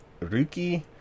Ruki